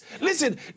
Listen